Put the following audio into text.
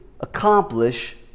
accomplish